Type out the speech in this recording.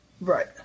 Right